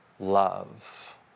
Love